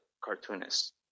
cartoonist